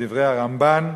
מדברי הרמב"ן,